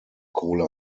kohle